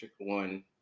one